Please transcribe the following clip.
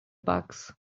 backs